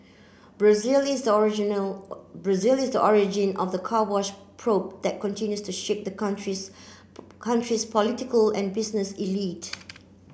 Brazil is the original Brazil is the origin of the Car Wash probe that continues to shake that country's country's political and business elite